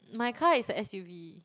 my car is a s_u_v